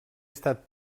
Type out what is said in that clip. estat